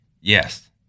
Yes